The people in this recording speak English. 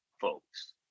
folks